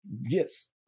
Yes